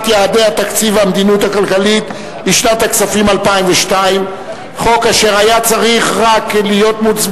יעדי התקציב והמדיניות הכלכלית לשנת הכספים 2002) (תיקון מס'